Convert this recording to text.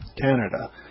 Canada